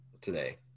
today